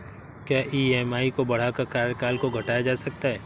क्या ई.एम.आई को बढ़ाकर कार्यकाल को घटाया जा सकता है?